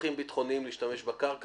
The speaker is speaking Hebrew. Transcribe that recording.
לצרכים ביטחוניים להשתמש בקרקע,